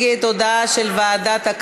תודה,